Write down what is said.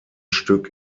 stück